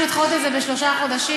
לדחות את זה בשלושה חודשים.